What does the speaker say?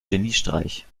geniestreich